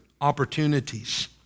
opportunities